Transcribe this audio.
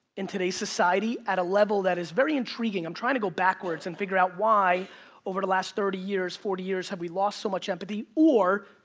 in today's society, at a level that is very intriguing. i'm trying to go backwards and figure out why over the last thirty years, forty years have we lost so much empathy. or,